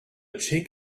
chink